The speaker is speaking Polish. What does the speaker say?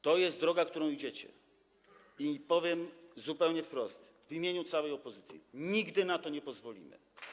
To jest droga, którą idziecie, i powiem zupełnie wprost w imieniu całej opozycji: nigdy na to nie pozwolimy.